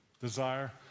Desire